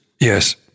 yes